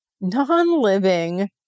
non-living